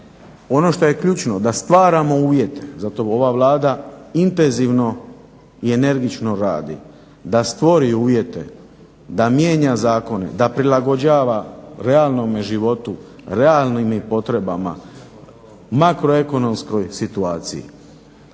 ono što je ključno da stvaramo uvjete, zato ova Vlada intenzivno i energično radi da stvori uvjete, da mijenja zakone, da prilagođava realnome životu, realnim potrebama makroekonomskoj situaciji.